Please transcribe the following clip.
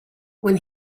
when